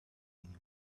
anyone